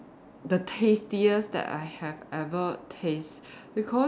the tastiest that I have ever taste because